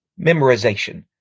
memorization